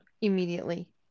immediately